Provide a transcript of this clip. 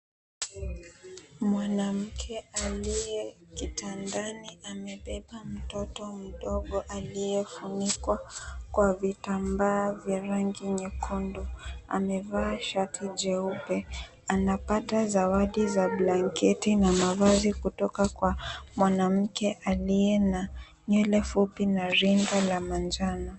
Mwanamke aliye kitandani amebeba mtoto mdogo aliye funikwa kwa vitambaa vya rangi nyekundu amevaa shati jeupe anapata zawadi za blanketi na mavazi kutoka kwa mwanamke aliye na nywele fupi na rinda la manjano.